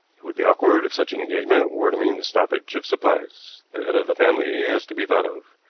it would be awkward if such an engagement were to mean the stoppage of supplies. the head of the family has to be thought of.